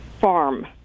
Farm